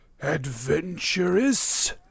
adventurous